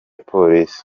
polisi